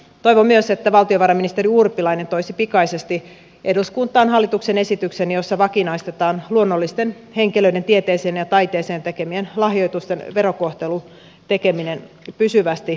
toivon myös että valtiovarainministeri urpilainen toisi pikaisesti eduskuntaan hallituksen esityksen jossa vakinaistetaan luonnollisten henkilöiden tieteeseen ja taiteeseen tekemien lahjoitusten verokohtelu tekemällä ne pysyvästi verovapaiksi